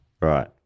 Right